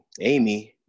Amy